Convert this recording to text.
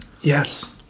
yes